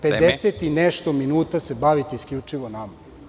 Pedeset i nešto minuta se bavite isključivo nama.